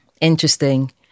interesting